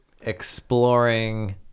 exploring